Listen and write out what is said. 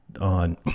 on